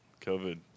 COVID